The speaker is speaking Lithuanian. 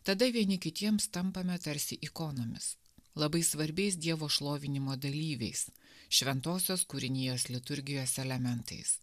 tada vieni kitiems tampame tarsi ikonomis labai svarbiais dievo šlovinimo dalyviais šventosios kūrinijos liturgijos elementais